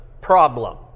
problem